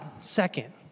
second